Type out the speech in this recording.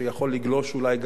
שיכול לגלוש אולי,